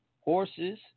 horses